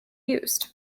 used